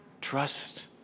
trust